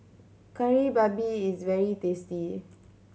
Kari Babi is very tasty